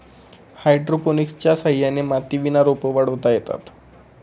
हायड्रोपोनिक्सच्या सहाय्याने मातीविना रोपं वाढवता येतात